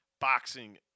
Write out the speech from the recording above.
boxing